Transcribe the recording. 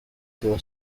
tiwa